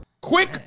Quick